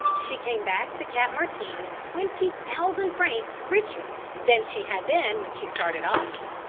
she came back to cap martin twenty thousand francs richer than she had been when she started off.